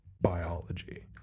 biology